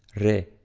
re,